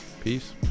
Peace